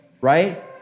right